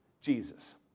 Jesus